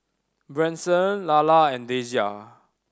Branson Lalla and Dasia